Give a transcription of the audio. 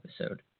episode